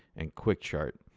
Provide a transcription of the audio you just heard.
and quick chart.